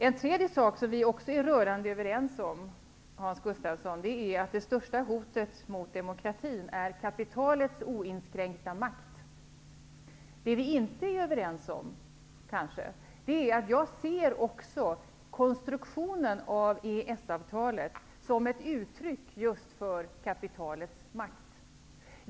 En tredje sak som vi också är rörande överens om, Hans Gustafsson, är att det största hotet mot demokratin är kapitalets oinskränkta makt. Vi kanske inte är överens när jag ser konstruktionen av EES-avtalet som ett uttryck för just kapitalets makt.